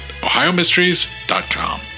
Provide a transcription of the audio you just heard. ohiomysteries.com